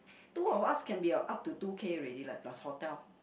two of us can be uh up to two K already leh plus hotel